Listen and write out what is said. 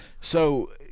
So-